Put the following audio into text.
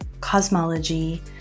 cosmology